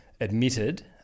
admitted